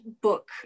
book